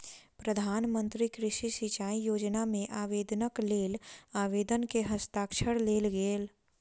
प्रधान मंत्री कृषि सिचाई योजना मे आवेदनक लेल आवेदक के हस्ताक्षर लेल गेल